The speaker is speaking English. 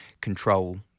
control